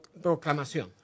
proclamación